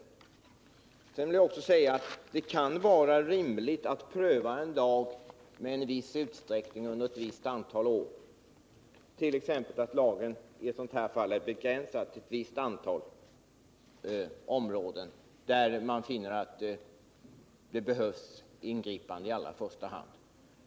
Vidare vill jag säga att det kan vara rimligt att i viss utsträckning pröva en lag under ett antal år, t.ex. i ett fall som detta, där lagen är begränsad till ett visst antal områden, på vilka man funnit att ingripanden i allra första hand behövs.